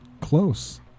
Close